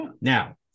Now